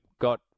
got